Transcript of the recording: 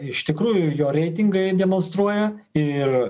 iš tikrųjų jo reitingai demonstruoja ir